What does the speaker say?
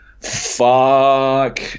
fuck